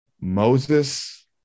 Moses